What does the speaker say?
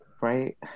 Right